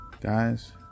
guys